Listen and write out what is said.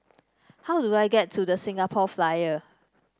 how do I get to The Singapore Flyer